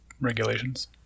regulations